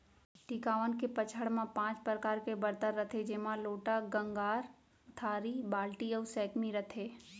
टिकावन के पंचहड़ म पॉंच परकार के बरतन रथे जेमा लोटा, गंगार, थारी, बाल्टी अउ सैकमी रथे